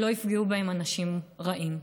שלא יפגעו בהם אנשים רעים.